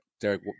Derek